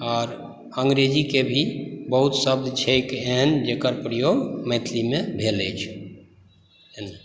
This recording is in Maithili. आर अंग्रेज़ीके भी बहुत शब्द छै एहन जेकर प्रयोग मैथिलीमे भेल अछि